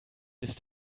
ist